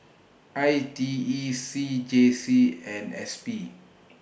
I T E C J C and S P